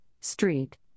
Street